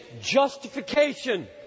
justification